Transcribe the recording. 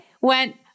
went